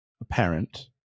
apparent